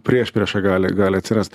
priešprieša gali gali atsirast